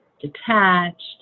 detached